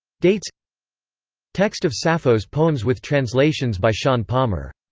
daitz text of sappho's poems with translations by sean palmer